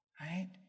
Right